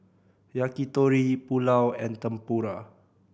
Yakitori Pulao and Tempura